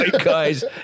guy's